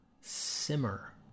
simmer